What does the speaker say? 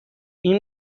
این